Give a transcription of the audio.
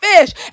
fish